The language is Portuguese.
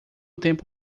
tempo